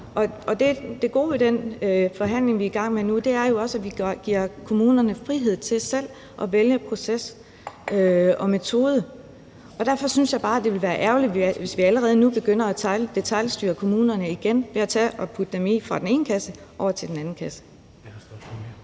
Det gode ved den forhandling, vi er i gang med nu, er, at vi giver kommunerne frihed til selv at vælge proces og metode. Derfor synes jeg bare, det ville være ærgerligt, hvis vi allerede nu igen begynder at detailstyre kommunerne ved at putte dem fra den ene kasse og over i den anden kasse.